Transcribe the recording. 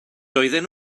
doedden